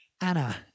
Anna